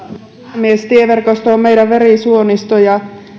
puhemies tieverkosto on meidän verisuonistomme ja